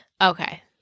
Okay